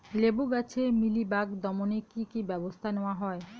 লেবু গাছে মিলিবাগ দমনে কী কী ব্যবস্থা নেওয়া হয়?